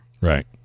Right